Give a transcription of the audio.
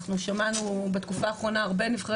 אנחנו שמענו בתקופה האחרונה הרבה נבחרי